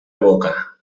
boca